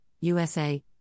USA